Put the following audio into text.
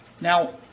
Now